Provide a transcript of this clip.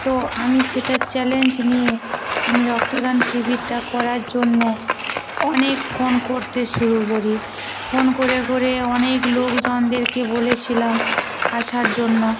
তো আমি সেটা চ্যালেঞ্জ নিয়ে আমি রক্তদান শিবিরটা করার জন্য অনেক ফোন করতে শুরু করি ফোন করে করে অনেক লোকজনদেরকে বলেছিলাম আসার জন্য